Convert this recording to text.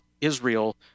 Israel